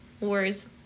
words